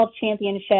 championship